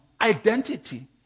Identity